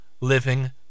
living